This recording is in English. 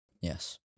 Yes